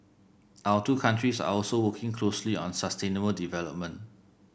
our two countries are also working closely on sustainable development